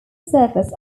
surface